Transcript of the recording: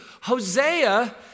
Hosea